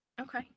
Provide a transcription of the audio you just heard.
okay